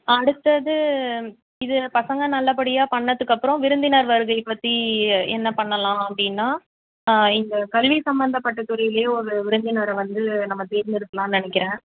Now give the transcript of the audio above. அடுத்தது இது பசங்க நல்லபடியாக பண்ணத்துக்கு அப்புறம் விருந்தினர் வருகை பற்றி என்ன பண்ணலாம் அப்படின்னா இந்த கல்வி சம்மந்தப்பட்ட துறையிலயே ஒரு விருந்தினரை வந்து நம்ம தேர்ந்தெடுக்கலாம்னு நினைக்கிறேன்